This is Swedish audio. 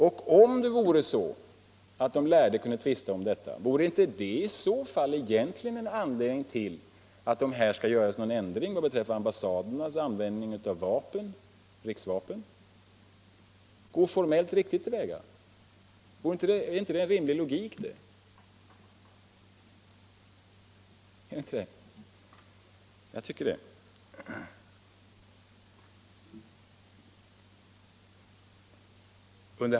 Och om det vore så att de lärde kunde tvista om detta, vore det i så fall inte en anledning till att om det skall vidtas en ändring beträffande ambassadernas användning av riksvapnen då gå formellt riktigt till väga? Är det inte en rimlig logik i det?